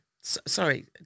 Sorry